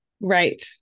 Right